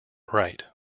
right